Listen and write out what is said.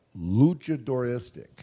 luchadoristic